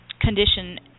condition